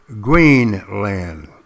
Greenland